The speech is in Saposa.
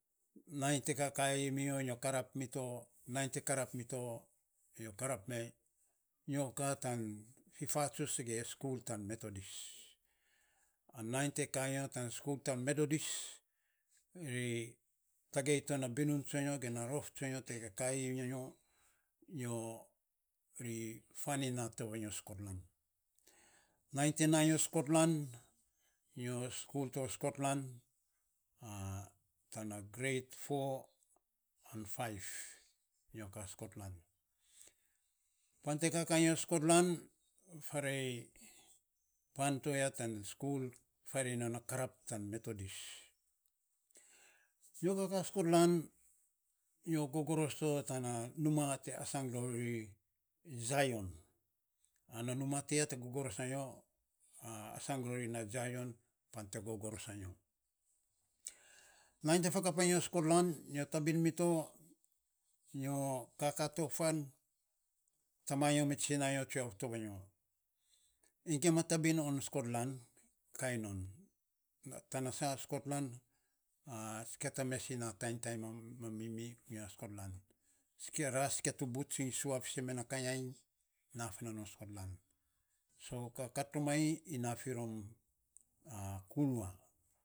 Nainy te kakaii minyo, nyo karap mito, nainy te karap mito, nyo karap mee, nyo kaa ta fifastuts ge skul tan metodis, an nainy te kaa nyo tan skul tan metodis ri tagei to na binun tsonyo ge na rof tsonyo skotlan nainy te naa nyo skotlan, nyo skul skotlan tana gret fo an faiv fan te kakaa nyo skotlan faarei pan toya tan skul, faarei non a karap tan metodis nyo kakaa to skotlan, nyo gogoros to tana numaa asangan rori jayon, ana numaa toy te gogoros anyo, asang rori na jayon pan te gogoros anyo, nainy te fakap anyo skotlan, nyo tabin mito nyo kakaa to fan, tama nyo me tsina nyo tsuef to manyo, ainy gima tabin on skotlan kainom, tana saa skotlan, sikia ta mes iny nainy taitai ma mamimi iaya skotlan, sikia, ra sikia ti buts iny sua fiisen me na kainy ainy naa fi non ya skotlan kat romanyi nyo na firom kunua.